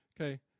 Okay